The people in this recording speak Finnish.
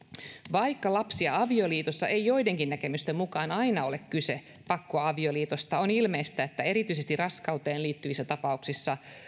vaikka lapsiavioliitossa ei joidenkin näkemysten mukaan aina ole kyse pakkoavioliitosta on ilmeistä että erityisesti raskauteen liittyvissä tapauksissa